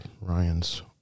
ryan's